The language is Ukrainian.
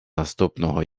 наступного